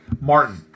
Martin